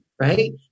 right